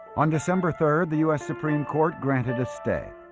on december third the u s supreme court granted a stay